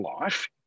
life